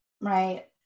right